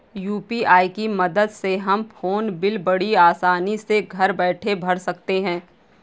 UPI की मदद से हम फ़ोन बिल बड़ी आसानी से घर बैठे भर सकते हैं